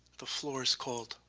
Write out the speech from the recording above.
the floor is cold.